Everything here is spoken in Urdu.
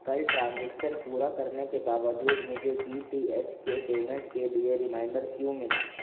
کل ٹرانزیکشن پورا کرنے کے باوجود مجھے ڈی ٹی ایچ کے پیمنٹ کے لیے ریمائنڈر کیوں ملا